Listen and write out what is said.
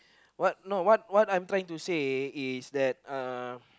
what no what what I'm trying to say is that uh